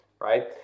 right